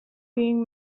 being